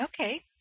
Okay